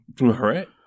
right